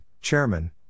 Chairman